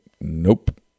nope